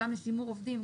גם לשימור עובדים,